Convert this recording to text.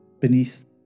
beneath